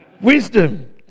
Wisdom